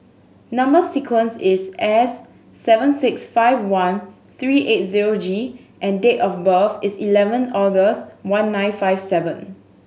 number sequence is S seven six five one three eight zero G and date of birth is eleven August one nine five seven